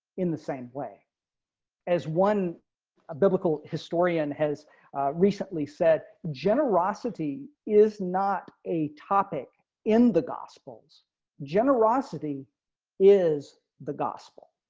in the same way as one a biblical historian has recently said generosity is not a topic in the gospels generosity is the gospel.